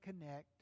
connect